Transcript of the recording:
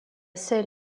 seul